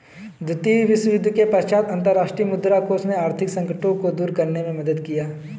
द्वितीय विश्वयुद्ध के पश्चात अंतर्राष्ट्रीय मुद्रा कोष ने आर्थिक संकटों को दूर करने में मदद किया